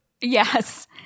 Yes